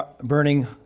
burning